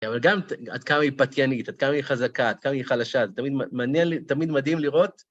...אבל גם עד כמה היא פתיינית, עד כמה היא חזקה, עד כמה היא חלשה, זה תמיד מעניין... תמיד מדהים לראות